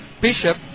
Bishop